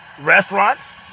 restaurants